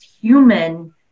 human